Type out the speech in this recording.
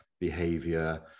behavior